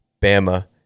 Bama